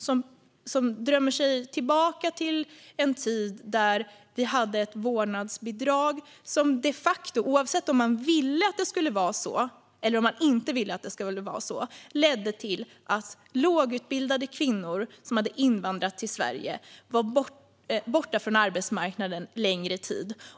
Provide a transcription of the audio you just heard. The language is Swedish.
Hon drömmer sig tillbaka till en tid då vi hade ett vårdnadsbidrag som de facto, oavsett om man ville eller inte ville att det skulle vara så, ledde till att lågutbildade kvinnor som hade invandrat till Sverige var borta från arbetsmarknaden en längre tid.